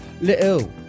little